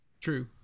True